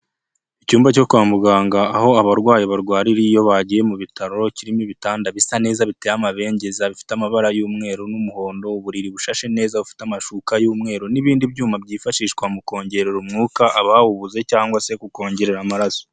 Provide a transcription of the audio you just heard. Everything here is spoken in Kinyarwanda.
Icyumba cyo kwa muganga, aho abarwayi barwariye iyo bagiye mu bitaro kirimo ibitanda bisa neza biteye amabengeza bifite amabara y'umweru n'umuhondo, uburiri bushashe neza ufite amashuka y'umweru n'ibindi byuma byifashishwa mu kongerera umwuka abawubuze cyangwa se kukongerera amaraso.